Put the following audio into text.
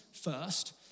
first